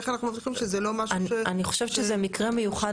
איך אנחנו מבטיחים שזה לא משהו --- אני חושבת שזה מקרה מיוחד.